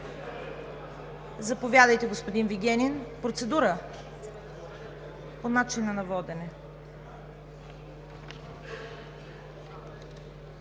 Заповядайте, господин Вигенин, по начина на водене.